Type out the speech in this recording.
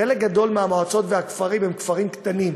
חלק גדול מהמועצות והכפרים הם כפרים קטנים,